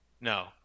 No